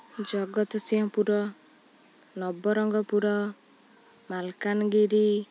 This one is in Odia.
ଜଗତସିଂହପୁର ନବରଙ୍ଗପୁର ମାଲକାନଗିରି